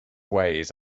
ways